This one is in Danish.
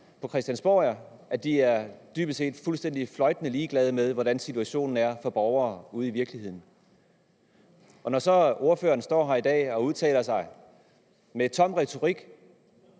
på Christiansborg er, altså at de dybest set er fløjtende ligeglade med, hvordan situationen er for borgere ude i virkeligheden. Ordføreren står så her i dag og udtaler sig med tom retorik